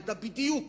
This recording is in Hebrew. ידע בדיוק